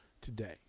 today